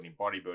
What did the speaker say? bodybuilding